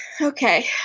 Okay